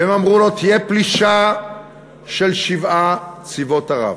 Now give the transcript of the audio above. והם אמרו לו: תהיה פלישה של שבעה צבאות ערב,